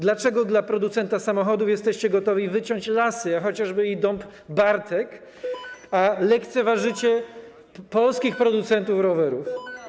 Dlaczego dla producenta samochodów jesteście gotowi wyciąć lasy, chociażby i dąb Bartek, a lekceważycie polskich producentów rowerów?